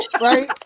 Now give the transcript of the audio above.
Right